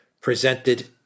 presented